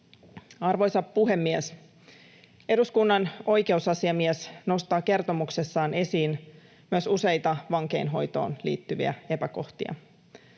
Arvoisa puhemies! Eduskunnan oikeusasiamies nostaa kertomuksessaan esiin myös useita vankeinhoitoon liittyviä epäkohtia